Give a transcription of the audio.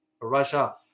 russia